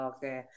Okay